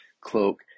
cloak